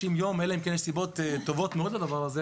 יום אלא אם כן יש סיבות טובות מאוד לדבר הזה